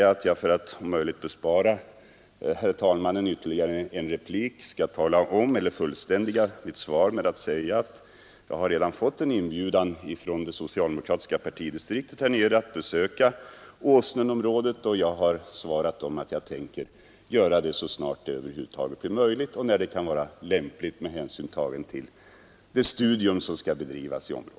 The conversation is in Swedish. För att om möjligt bespara herr talmannen ytterligare en replik vill jag då bara fullständiga mitt svar genom att säga att jag redan har fått en inbjudan av det socialdemokratiska partidistriktet där nere att besöka området kring sjön Åsnen. Jag har svarat att jag tänker göra det så snart det över huvud taget blir möjligt och när det kan vara lämpligt med hänsyn tagen till det studium som skall bedrivas i området.